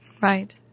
Right